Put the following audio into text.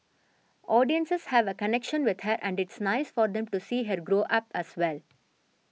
audiences have a connection with her and it's nice for them to see her grow up as well